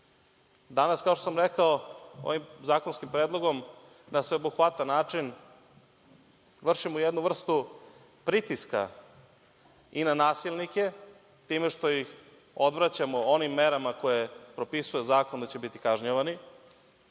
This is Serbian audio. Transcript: kao što sam rekao, ovim zakonskim predlogom na sveobuhvatan način vršimo jednu vrstu pritiska i na nasilnike time što ih odvraćamo onim merama koje propisuje zakon da će biti kažnjavani.